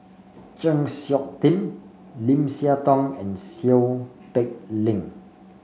Chng Seok Tin Lim Siah Tong and Seow Peck Leng